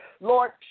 Lord